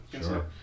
Sure